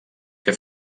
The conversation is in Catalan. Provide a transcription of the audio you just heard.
que